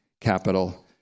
capital